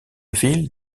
ville